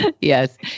Yes